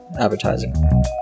advertising